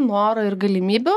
noro ir galimybių